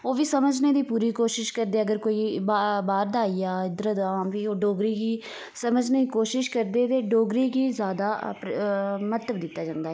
ओह् बी समझने दी पूरी कोशिश करदे अगर कोई बाहर दा आई जा इद्धर तो ओह् फी डोगरी समझने दी कोशिश करदे की डोगरी गी ज्यादा महत्व दित्ता जंदा इत्थै